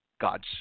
God's